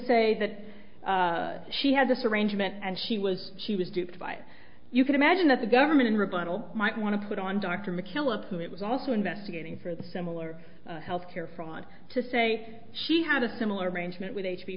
say that she had this arrangement and she was she was duped by you can imagine that the government in rebuttal might want to put on dr mckillop who is also investigating for similar health care fraud to say she had a similar arrangement with h b